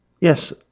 yes